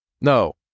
No